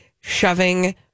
shoving